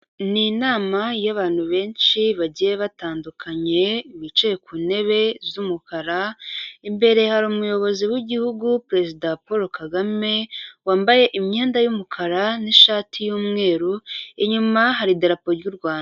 Ni inama y'abantu benshi bagiye batandukanye bicaye ku ntebe z'umukara, imbere hari umuyobozi w'igihugu Perezida Paul Kagame wambaye imyenda y'umukara n'ishati y'umweru, inyuma hari idarapo ry'u Rwanda.